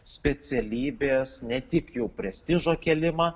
specialybės ne tik jau prestižo kėlimą